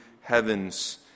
heavens